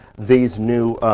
these new,